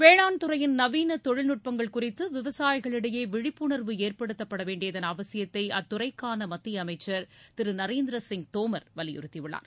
வேளாண் துறையின் நவீன தொழில்நுட்பங்கள் குறித்து விவசாயிகளிடையே விழிப்புணர்வு ஏற்படுத்த வேண்டியதன் அவசியத்தை அத்துறைக்கான மத்திய அமைச்சர் திரு நரேந்திர சிங் தோமர் வலியுறுத்தி உள்ளார்